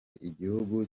igihugu